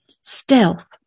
Stealth